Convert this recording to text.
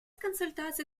консультации